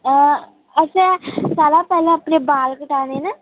असें सारें शा पैह्लें अपने बाल कटाने न